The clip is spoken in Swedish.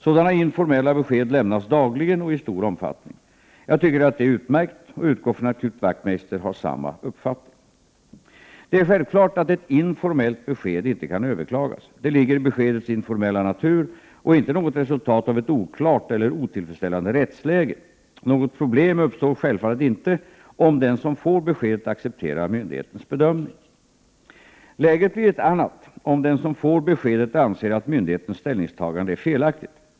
Sådana informella besked lämnas dagligen och i stor omfattning. Jag tycker att detta är utmärkt och utgår från att Knut Wachtmeister har samma uppfattning. Det är självklart att ett informellt besked inte kan överklagas. Det ligger i beskedets informella natur och är inte något resultat av ett oklart eller otillfredsställande rättsläge. Något problem uppstår självfallet inte om den som får beskedet accepterar myndighetens bedömning. Läget blir ett annat, om den som får beskedet anser att myndighetens ställningstagande är felaktigt.